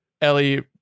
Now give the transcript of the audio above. Ellie